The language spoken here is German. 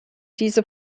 diese